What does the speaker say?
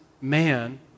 man